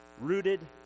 rooted